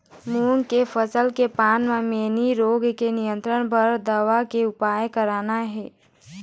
मूंग के फसल के पान म मैनी रोग के नियंत्रण बर का दवा के उपयोग करना ये?